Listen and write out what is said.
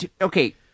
okay